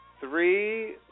Three